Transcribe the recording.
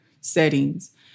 settings